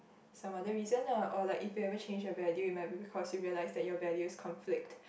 some other reason lah or like if you ever change your value it might be because you realised that your values conflict